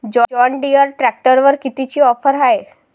John Deere ट्रॅक्टरवर कितीची offer हाये?